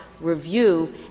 review